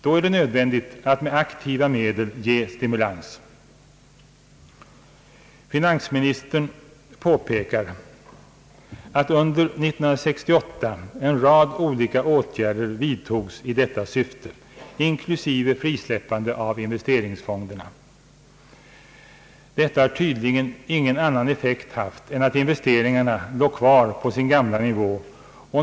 Då är det nödvändigt att med aktiva medel ge stimulans. Finansministern påpekar att under år 1968 en rad olika åtgärder vidtogs i detta syfte, inklusive frisläppande av investeringsfonderna. Detta hade tydligen ingen annan effekt än att investeringarna låg kvar på sin gamla nivå.